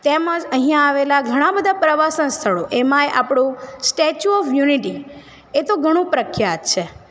તેમજ અહીંયા આવેલા ઘણા બધા પ્રવાસન સ્થળો એમાય આપડું સ્ટેચ્યૂ ઓફ યુનિટી એ તો ઘણું પ્રખ્યાત છે